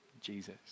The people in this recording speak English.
Jesus